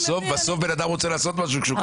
בסוף-בסוף בן אדם רוצה לעשות משהו כשהוא קם בבוקר.